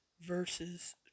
versus